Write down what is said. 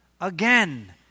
again